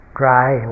dry